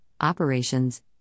operations